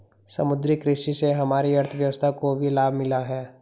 समुद्री कृषि से हमारी अर्थव्यवस्था को भी लाभ मिला है